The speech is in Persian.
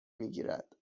میگیرد